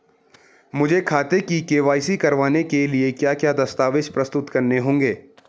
मुझे खाते की के.वाई.सी करवाने के लिए क्या क्या दस्तावेज़ प्रस्तुत करने होंगे?